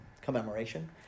commemoration